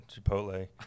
Chipotle